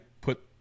put